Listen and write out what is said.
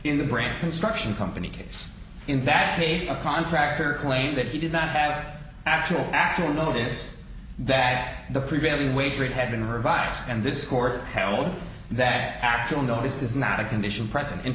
in the branch construction company case in that case the contractor claimed that he did not have actual actual notice that the prevailing wage rate had been revived and this court held that actual notice is not a condition precedent in